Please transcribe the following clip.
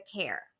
care